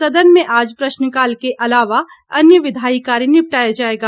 सदन में आज प्रश्नकाल के अलावा अन्य विधायी कार्य निपटाया जाएगा